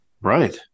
Right